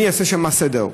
אני אעשה שמה סדר.